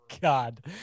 God